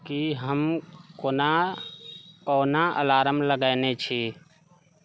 कि हम कोना ओना अलार्म लगैने छी